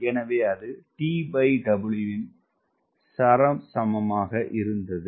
எனவே அது TW இன் சாராம்சமாக இருந்தது